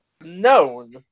known